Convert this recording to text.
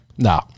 No